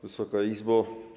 Wysoka Izbo!